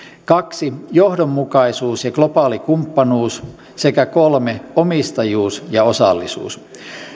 kaksi johdonmukaisuus ja globaali kumppanuus sekä kolme omistajuus ja osallisuus